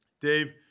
Dave